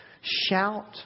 Shout